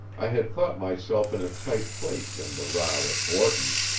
i had thought myself in a tight place in the row at borton's,